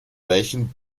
reichen